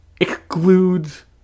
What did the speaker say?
excludes